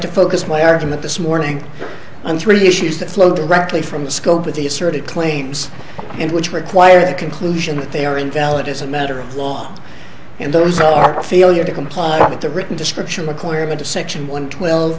to focus my argument this morning on three issues that flow directly from the scope of the asserted claims and which require a conclusion that they are invalid as a matter of law and those are our failure to comply with the written description requirement of section one twel